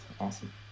awesome